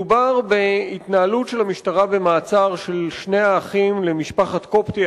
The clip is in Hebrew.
מדובר בהתנהלות של המשטרה במעצר של שני האחים למשפחת קובטי,